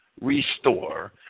restore